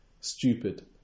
stupid